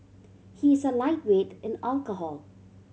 he is a lightweight in alcohol